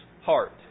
heart